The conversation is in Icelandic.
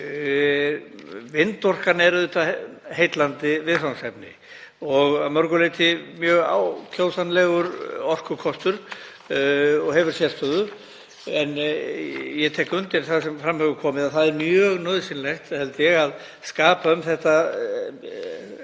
Vindorkan er auðvitað heillandi viðfangsefni og að mörgu leyti mjög ákjósanlegur orkukostur og hefur sérstöðu. En ég tek undir það sem fram hefur komið, það er mjög nauðsynlegt að skapa um þetta